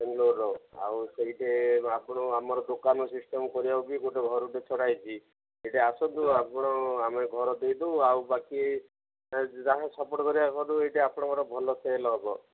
ବାଙ୍ଗଲୋରର ଆଉ ସେଇଠି ଆପଣ ଆମର ଦୋକାନ ସିଷ୍ଟମ କରିବାକୁ ବି ଗୋଟେ ଘରଟେ ଛଡ଼ାହେଇଛି ସେଇଠି ଆସନ୍ତୁ ଆପଣ ଆମେ ଘର ଦେଇଦବୁ ଆଉ ବାକି ଯାହା ସପୋର୍ଟ୍ କରିବାକୁ କରିଦବୁ ଏଇଠି ଆପଣଙ୍କର ଭଲ ସେଲ୍ ହବ